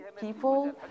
people